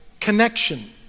connection